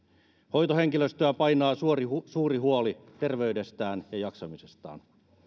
hoitohenkilöstöä painaa suuri suuri huoli terveydestään ja jaksamisestaan